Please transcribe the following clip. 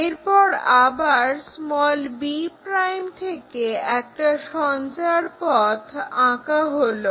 এরপর আবার b' থেকে একটা সঞ্চার পথ আঁকা হলো